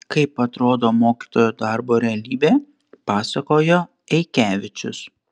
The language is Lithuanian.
kaip atrodo mokytojo darbo realybė pasakojo eikevičius